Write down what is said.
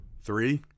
Three